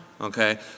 Okay